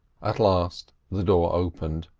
at last the door opened,